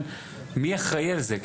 מי אחראי על זה?